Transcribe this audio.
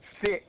sit